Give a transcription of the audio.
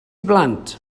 blant